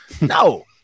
No